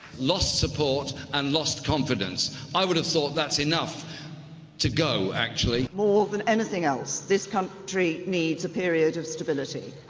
lost support and lost confidence. i would have thought that's enough to go, fue actually. more than anything else, this country needs a period of stability.